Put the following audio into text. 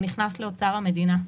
הוא נכנס לאוצר המדינה,